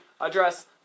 address